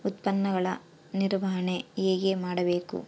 ಉತ್ಪನ್ನಗಳ ನಿರ್ವಹಣೆ ಹೇಗೆ ಮಾಡಬೇಕು?